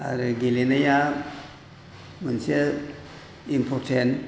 आरो गेलेनाया मोनसे इम्प'र्टेन्ट